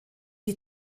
die